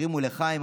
הרימו לחיים,